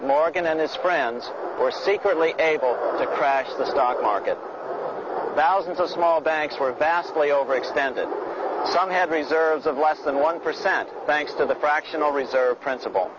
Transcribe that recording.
morgan and his friends were secretly able to crash the stock market thousands of small banks were vastly overextended on have reserves of less than one percent thanks to the fractional reserve principle